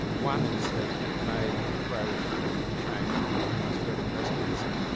one is that it may grow to change and become a spreading breast cancer.